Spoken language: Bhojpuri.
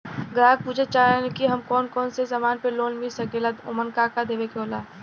ग्राहक पुछत चाहे ले की हमे कौन कोन से समान पे लोन मील सकेला ओमन का का देवे के होला?